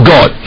God